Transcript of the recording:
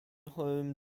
home